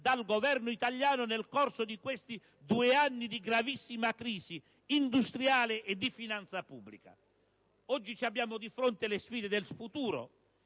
dal Governo italiano nel corso di questi due anni di gravissima crisi industriale e di finanza pubblica. Oggi abbiamo di fronte le sfide del futuro.